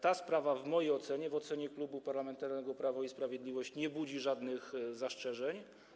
Ta sprawa w mojej ocenie, w ocenie Klubu Parlamentarnego Prawo i Sprawiedliwość nie budzi żadnych zastrzeżeń.